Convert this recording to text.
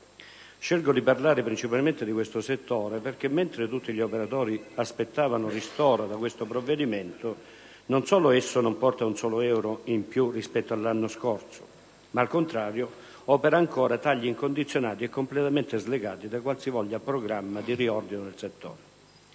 Scelgo di parlare principalmente di tale settore, perché mentre tutti gli operatori aspettavano ristoro dal provvedimento in discussione, non solo esso non porta un solo euro in più rispetto all'anno scorso ma al contrario opera ancora tagli incondizionati e completamente slegati da qualsivoglia programma di riordino del settore.